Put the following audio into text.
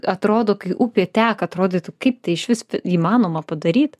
atrodo kai upė teka atrodytų kaip tai išvis įmanoma padaryt